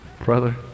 Brother